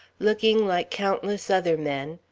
looking like countless other men,